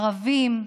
ערבים,